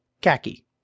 khaki